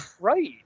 right